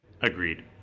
Agreed